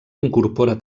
incorpora